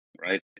right